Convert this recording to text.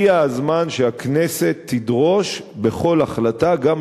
הגיע הזמן שהכנסת תדרוש בכל החלטה גם